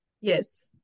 yes